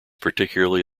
particularly